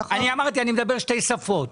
אני אמרתי שאני מדבר שתי שפות,